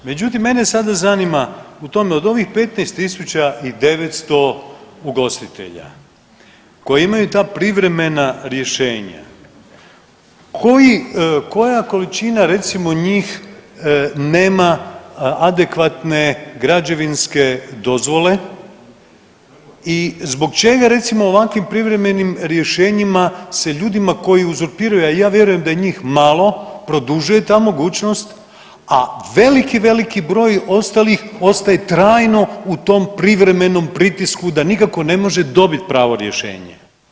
Međutim, mene sada zanima u tome od ovih 15.900 ugostitelja koji imaju ta privremena rješenja koji, koja količina recimo njih nema adekvatne građevinske dozvole i zbog čega recimo u ovakvim privremenim rješenjima se ljudima koji uzurpiraju, a ja vjerujem da je njim malo produžuje ta mogućnost, a veliki, veliki broj ostalih ostaje trajno u tom privremenom pritisku da nikako ne može dobiti pravo rješenje.